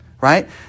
Right